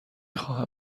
خواهمم